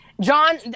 John